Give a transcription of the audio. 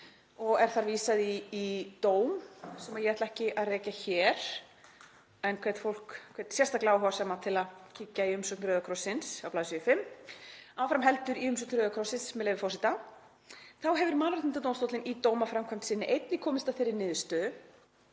og er þar vísað í dóm sem ég ætla ekki að rekja hér en hvet fólk, sérstaklega áhugasama, til að kíkja í umsögn Rauða krossins á bls. 5. Áfram heldur í umsögn Rauða krossins, með leyfi forseta: „Þá hefur Mannréttindadómstóllinn í dómaframkvæmd sinni einnig komist að þeirri niðurstöðu